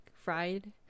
Fried